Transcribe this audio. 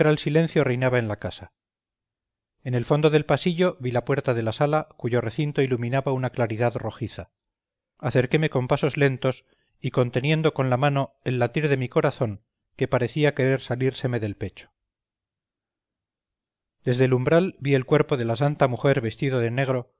silencio reinaba en la casa en el fondo del pasillo vi la puerta de la sala cuyo recinto iluminaba una claridad rojiza acerquéme con pasos lentos y conteniendo con la mano el latir de mi corazón que parecía querer salírseme del pecho desde el umbral vi el cuerpo de la santa mujer vestido de negro